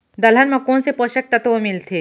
दलहन म कोन से पोसक तत्व मिलथे?